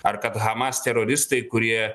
ar kad hamas teroristai kurie